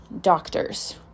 doctors